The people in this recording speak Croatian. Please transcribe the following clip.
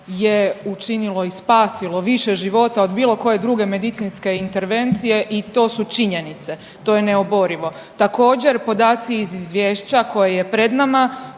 je učinilo i spasilo više života od bilo koje druge medicinske intervencije i to su činjenice. To je neoborivo. Također, podaci iz Izvješća koje je pred nama